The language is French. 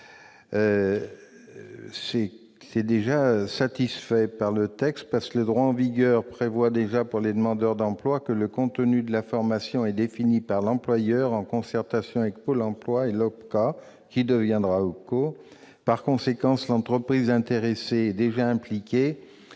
le dire au sujet de l'amendement précédent, le droit en vigueur prévoit déjà, pour les demandeurs d'emploi, que le contenu de la formation est défini par l'employeur en concertation avec Pôle emploi et l'OPCA, qui deviendra OPCO. Par conséquent, l'entreprise intéressée est déjà impliquée,